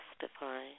justify